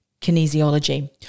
kinesiology